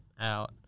out